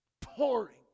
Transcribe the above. pouring